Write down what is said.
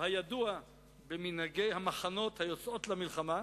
"והידוע במנהגי המחנות היוצאות למלחמה,